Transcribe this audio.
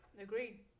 Agreed